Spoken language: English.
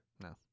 No